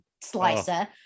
slicer